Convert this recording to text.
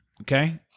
Okay